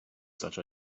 such